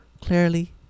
clearly